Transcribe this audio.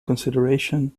consideration